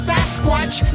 Sasquatch